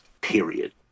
period